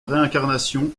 réincarnation